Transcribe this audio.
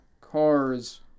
cars